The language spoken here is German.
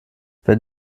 wenn